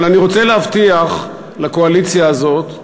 אבל אני רוצה להבטיח לקואליציה הזאת,